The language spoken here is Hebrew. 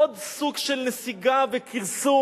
עוד סוג של נסיגה וכרסום,